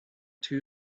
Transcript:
two